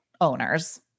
owners